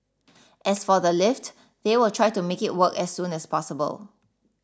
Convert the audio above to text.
as for the lift they will try to make it work as soon as possible